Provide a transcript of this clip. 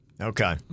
Okay